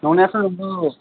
नंनायाथ' नंगौ